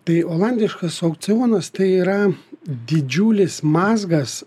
tai olandiškas aukcionas tai yra didžiulis mazgas